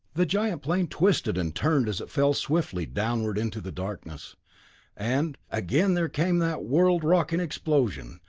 the giant plane twisted and turned as it fell swiftly downward into the darkness and, again there came that world-rocking explosion,